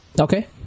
okay